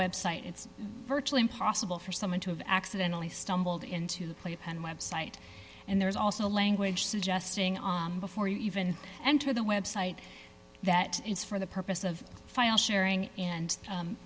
website it's virtually impossible for someone to have accidentally stumbled into the playpen website and there's also language suggesting before you even enter the website that it's for the purpose of file sharing and num